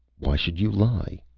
why should you lie?